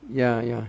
ya ya